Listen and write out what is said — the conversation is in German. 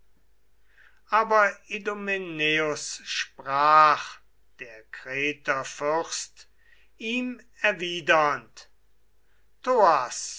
aber idomeneus sprach der kreter fürst ihm erwidernd thoas